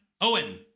Owen